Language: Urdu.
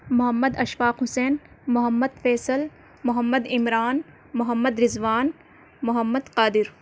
محمد اشفاق حُسین محمد فیصل محمد عمران محمد رضوان محمد قادر